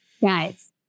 Guys